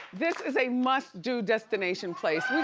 this is a must do destination place.